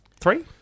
Three